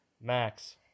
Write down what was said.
Max